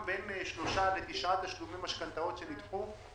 בין שלושה לתשעה תשלומי משכנתאות שנדחו,